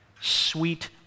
sweet